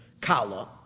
Kala